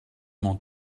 m’en